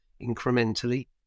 incrementally